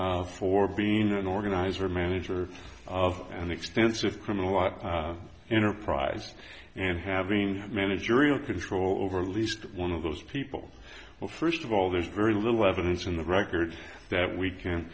and for being an organizer manager of an extensive criminal law enterprise and having managerial control over least one of those people well first of all there's very little evidence in the record that we